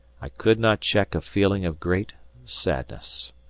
i could not check a feeling of great sadness.